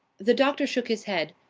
the doctor shook his head.